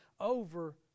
over